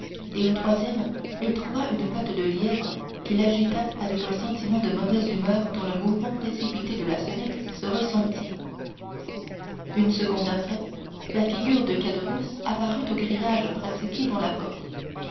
et au troisième trouva une patte de lièvre qu'il agita avec un sentiment de mauvaise humeur dont le mouvement précipité de la sonnette se ressentit une seconde après la figure de caderousse apparut au grillage pratiqué dans la porte